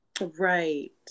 right